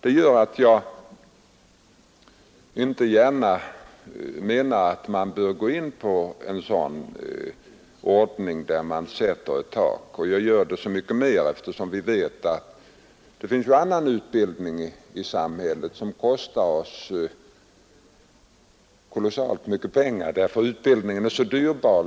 Det gör att man inte gärna bör ge sig in på en sådan ordning att man sätter ett tak, särskilt som vi vet att det finns annan utbildning i samhället som kostar oss kolossalt mycket pengar. Utbildningen är dyrbar.